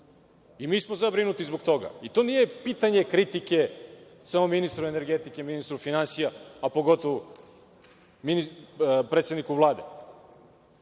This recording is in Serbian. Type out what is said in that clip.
na 3-3,5%.Zabrinuti smo zbog toga. To nije pitanje kritike, samo ministru energetike i ministru finansija, a pogotovu predsedniku Vlade,